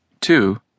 two